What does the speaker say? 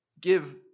Give